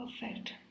Perfect